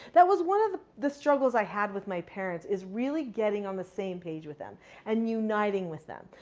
that was one of the struggles i had with my parents is really getting on the same page with them and uniting with them.